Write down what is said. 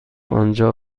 آنجا